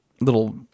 little